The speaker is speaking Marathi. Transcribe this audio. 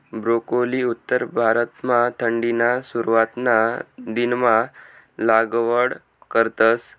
ब्रोकोली उत्तर भारतमा थंडीना सुरवातना दिनमा लागवड करतस